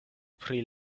pri